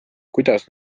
kuidas